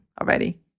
already